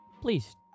please